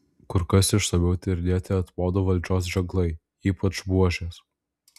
kur kas išsamiau tyrinėti etmonų valdžios ženklai ypač buožės